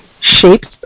Shapes